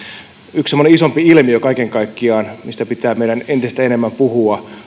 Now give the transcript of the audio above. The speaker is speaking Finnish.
yksi semmoinen isompi ilmiö kaiken kaikkiaan mistä pitää meidän entistä enemmän puhua